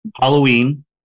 Halloween